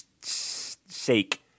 sake